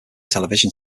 television